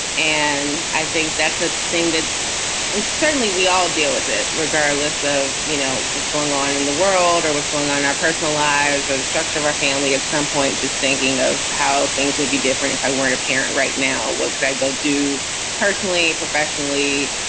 and i think that's a thing that certainly we all deal with it, regardless of, you know, what's going on in the world or what's going on in our personal lives or the structure of our family at some point, just thinking of how things would be different if i weren't a parent right now, what could i go do personally, professionally,